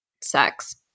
sex